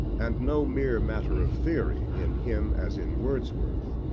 and no mere matter of theory, in him as in wordsworth.